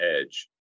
edge